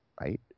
right